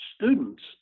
students